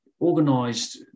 organised